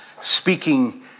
speaking